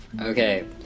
okay